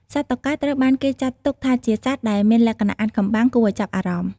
សត្វតុកែត្រូវបានគេចាត់ទុកថាជាសត្វដែលមានលក្ខណៈអាថ៌កំបាំងគួរឲ្យចាប់អារម្មណ៍។